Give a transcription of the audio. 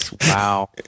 Wow